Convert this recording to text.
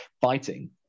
fighting